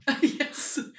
Yes